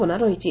ବନା ରହିଛି